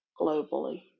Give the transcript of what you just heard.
globally